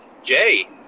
Jay